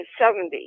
1970